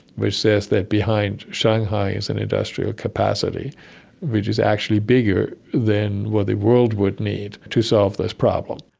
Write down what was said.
which says that behind shanghai is an industrial capacity which is actually bigger than what the world would need to solve this problem.